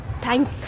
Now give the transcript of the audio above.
thank